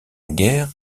guerre